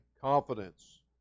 confidence